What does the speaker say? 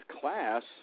class